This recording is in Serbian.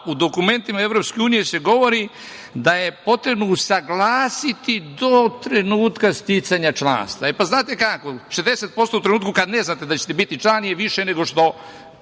u dokumentima EU se govori da je potrebno usaglasiti do trenutka sticanja članstva. Znate, 60% u trenutku kad ne znate da ćete biti član je više nego što